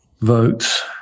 votes